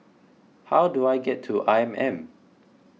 how do I get to I M M